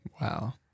Wow